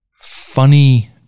Funny